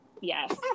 Yes